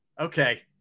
Okay